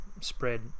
spread